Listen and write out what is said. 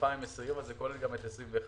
סעיף 46. נתחיל עם הרשימה